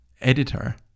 editor